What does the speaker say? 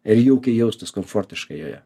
ir jaukiai jaustis komfortiškai joje